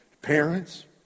Parents